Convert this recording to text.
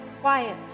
quiet